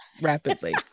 rapidly